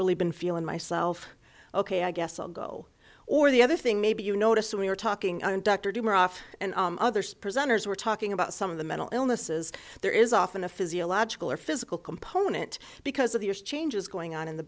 really been feelin myself ok i guess i'll go or the other thing maybe you notice we are talking and dr doomer off and others presenters were talking about some of the mental illnesses there is often a physiological or physical component because of the changes going on in the